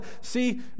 see